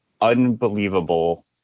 unbelievable